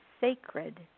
sacred